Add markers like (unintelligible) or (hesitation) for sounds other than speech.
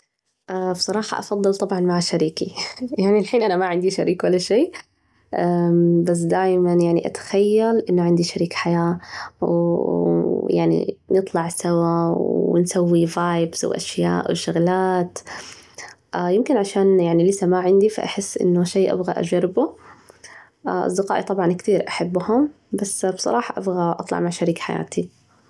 بصراحة أفضل طبعًا مع شريكي (laughs) يعني الحين أنا ما عندي شريك ولا شي، (hesitation) بس دايمًا يعني أتخيل إنه عندي شريك حياة، ويعني نطلع سوا ونسوي (unintelligible) >وأشياء وشغلات، يمكن عشان يعني لسا ما عندي فأحس إنه شي أبغى أجربه، أصدقائي طبعًا كثير أحبهم، بس بصراحة أبغى أطلع مع شريك حياتي.